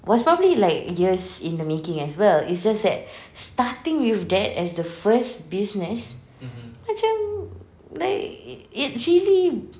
was probably like years in the making as well it's just that starting with that as the first business macam like it really